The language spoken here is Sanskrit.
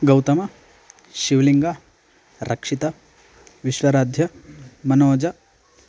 गौतमः शिवलिङ्गं रक्षितः विश्वराध्या मनोजः